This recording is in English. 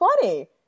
funny